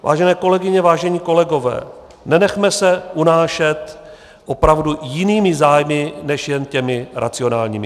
Vážené kolegyně, vážení kolegové, nenechme se unášet opravdu jinými zájmy než jen těmi racionálními.